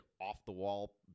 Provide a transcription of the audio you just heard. off-the-wall